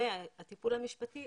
והטיפול המשפטי,